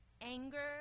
anger